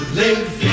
live